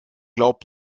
glaubt